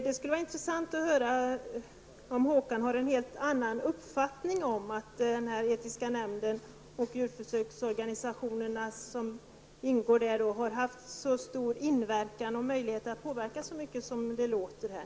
Det skulle vara intressant att höra om Håkan Strömberg har en helt annan uppfattning om att den etiska nämnden och djurförsöksorganisationerna som ingår där har haft så stor inverkan och möjligheter att påverka så mycket som det låter här.